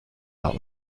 war